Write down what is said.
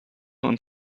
und